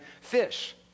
fish